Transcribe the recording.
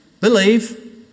believe